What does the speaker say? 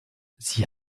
sie